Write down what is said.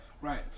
Right